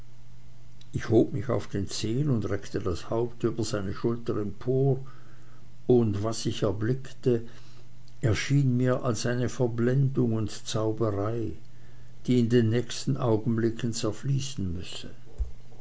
ich hob mich auf den zehen und reckte das haupt über seine schulter empor und was ich erblickte erschien mir als eine verblendung und zauberei die in den nächsten augenblicken zerfließen müsse